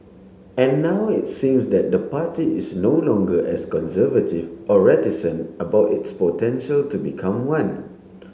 and now it seems that the party is no longer as conservative or reticent about its potential to become one